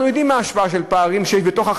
ואנחנו יודעים מה ההשפעה של פערים בחברה,